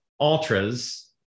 Ultras